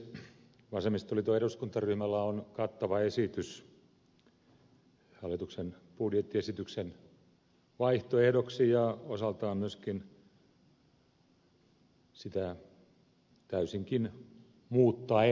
vasemmistoliiton eduskuntaryhmällä on kattava esitys hallituksen budjettiesityksen vaihtoehdoksi ja osaltaan myöskin sitä täysinkin muuttaen